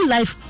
Life